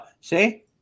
See